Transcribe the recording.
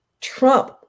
trump